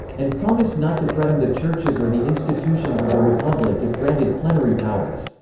and promised not to threaten the churches or the institutions of the republic if granted plenary powers.